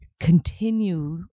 continue